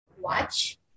watch